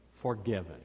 forgiven